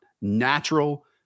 natural